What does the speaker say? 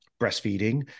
breastfeeding